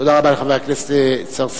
תודה רבה לחבר הכנסת צרצור.